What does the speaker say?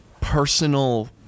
personal